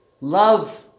Love